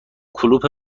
کلوپ